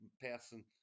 Person